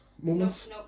moments